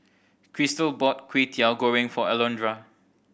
Crystal bought Kwetiau Goreng for Alondra